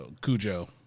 Cujo